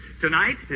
Tonight